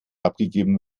abgegeben